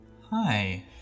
Hi